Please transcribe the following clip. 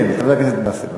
כן, חבר הכנסת באסל,